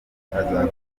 azakomeza